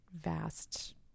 vast